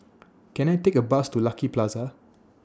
Can I Take A Bus to Lucky Plaza